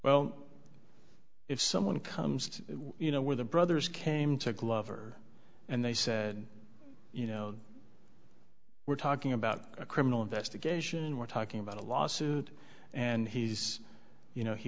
well if someone comes to you know where the brothers came to glover and they said you know we're talking about a criminal investigation we're talking about a lawsuit and he's you know he